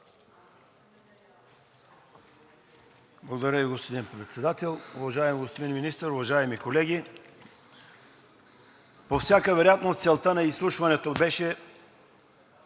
Благодаря Ви, господин Председател. Уважаеми господин Министър, уважаеми колеги! По всяка вероятност целта на изслушването беше